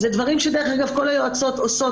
אלה דברים שכל היועצות עושות,